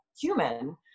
Human